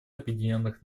объединенных